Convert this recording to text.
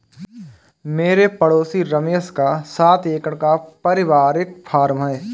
मेरे पड़ोसी रमेश का सात एकड़ का परिवारिक फॉर्म है